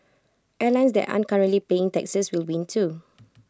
airlines that aren't currently paying taxes will win too